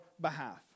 behalf